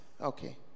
Okay